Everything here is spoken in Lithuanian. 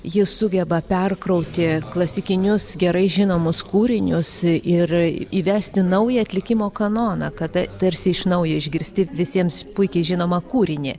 ji sugeba perkrauti klasikinius gerai žinomus kūrinius ir įvesti naują atlikimo kanoną kada tarsi iš naujo išgirsti visiems puikiai žinomą kūrinį